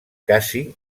cassi